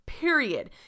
Period